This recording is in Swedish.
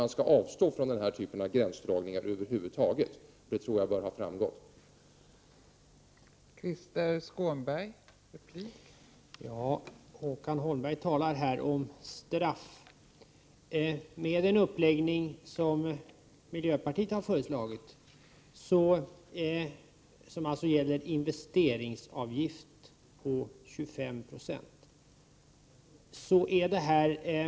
Man skall avstå från den typen av gränsdragningar över huvud taget, och det tror jag har framgått av vad jag här har sagt.